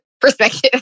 perspective